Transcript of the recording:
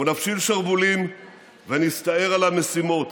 אנחנו נפשיל שרוולים ונסתער על המשימות.